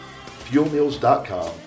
FuelMeals.com